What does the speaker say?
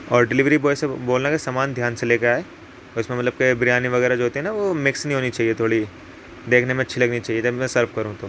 اور delivery boy سے بولنا کہ سامان دھیان سے لے کے آئے اور اس میں مطلب کہ بریانی وغیرہ جو ہوتی ہے نا وہ مکس نہیں ہونی چاہیے تھوڑی دیکھنے میں اچھی لگنی چاہیے دین میں سرو کروں تو